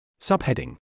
Subheading